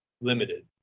limited